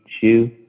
shoe